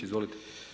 Izvolite.